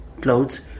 clothes